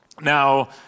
Now